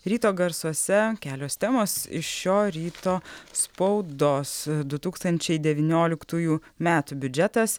ryto garsuose kelios temos iš šio ryto spaudos du tūkstančiai devynioliktųjų metų biudžetas